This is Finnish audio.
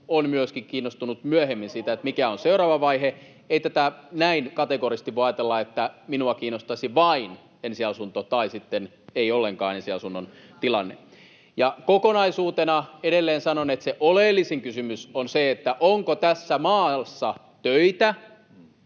on myöskin kiinnostunut myöhemmin siitä, mikä on seuraava vaihe. Ei tätä näin kategorisesti voi ajatella, että minua kiinnostaisi vain ensiasunto tai sitten ei ollenkaan ensiasunnon tilanne. Kokonaisuutena edelleen sanon, että se oleellisin kysymys on se, onko tässä maassa töitä